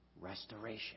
restoration